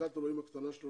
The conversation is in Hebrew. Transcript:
בחלקת האלוהים הקטנה שלו,